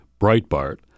Breitbart